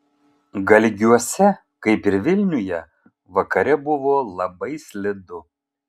galgiuose kaip ir vilniuje vakare buvo labai slidu